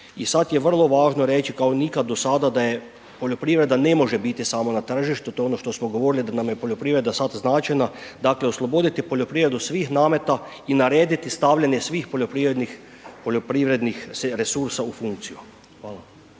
i sad je vrlo važno reći kao nikad do sada da poljoprivreda ne može biti samo na tržištu, to je ono što smo govorili da nam je poljoprivreda sad značajna, dakle osloboditi poljoprivredu svih nameta i narediti stavljanje svih poljoprivrednih resursa u funkciju. Hvala.